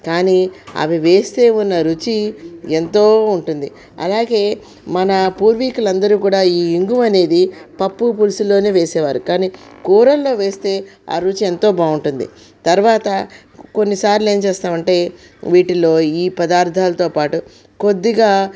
కానీ అవి వేస్తే ఉన్న రుచి ఎంతో ఉంటుంది అలాగే మన పూర్వీకులు అందరూ కూడా ఈ ఇంగువ అనేది పప్పు పులుసులోనే వేసేవారు కానీ కూరల్లో వేస్తే ఆ రుచి ఎంతో బాగుంటుంది తర్వాత కొన్ని సార్లు ఏం చేస్తాం అంటే వీటిలో ఈ పదార్థాలతో పాటు కొద్దిగా